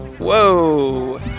Whoa